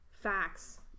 facts